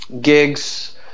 gigs